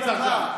אני נמצא שם,